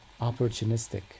opportunistic